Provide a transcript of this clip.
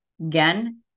Again